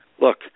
look